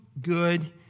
good